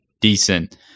decent